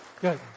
Good